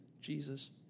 Jesus